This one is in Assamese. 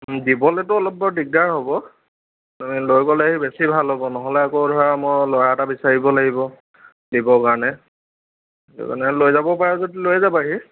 দিবলেটো অলপ বাৰু দিগদাৰ হ'ব লৈ গ'লেহি বেছি ভাল হ'ব নহ'লে আকৌ ধৰা মই ল'ৰা এটা বিচাৰিব লাগিব দিব কাৰণে সেইতো কাৰণে লৈ যাব পাৰাহি যদি লৈ যাবাহি